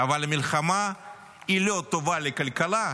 אבל המלחמה לא טובה לכלכלה.